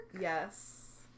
yes